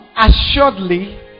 assuredly